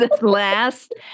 last